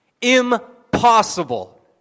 Impossible